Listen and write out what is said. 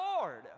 Lord